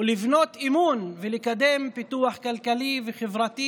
לבנות אמון ולקדם פיתוח כלכלי וחברתי